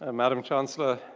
ah madame chancellor,